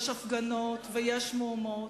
ויש הפגנות, ויש מהומות.